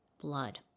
blood